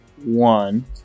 One